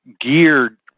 geared